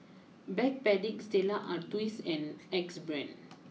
Backpedic Stella Artois and Axe Brand